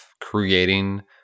creating